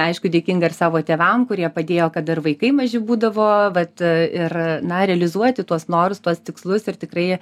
aišku dėkinga ir savo tėvam kurie padėjo kada ir vaikai maži būdavo vat ir na realizuoti tuos norus tuos tikslus ir tikrai